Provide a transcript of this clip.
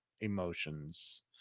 emotions